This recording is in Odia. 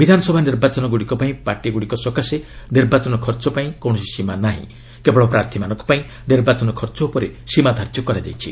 ବିଧାନସଭା ନିର୍ବାଚନଗୁଡ଼ିକ ପାଇଁ ପାର୍ଟିଗୁଡ଼ିକ ସକାଶେ ନିର୍ବାଚନ ଖର୍ଚ୍ଚ ଲାଗି କୌଣସି ସୀମା ନାହିଁ କେବଳ ପ୍ରାର୍ଥୀମାନଙ୍କପାଇଁ ନିର୍ବାଚନୀ ଖର୍ଚ୍ଚ ଉପରେ ସୀମା ଧାର୍ଯ୍ୟ କରାଯାଇଛି